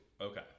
okay